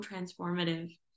transformative